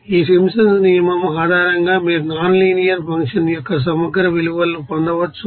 ఈ సింప్సన్స్ నియమం ఆధారంగా మీరు నాన్ లీనియర్ ఫంక్షన్ యొక్క సమగ్ర విలువను పొందవచ్చు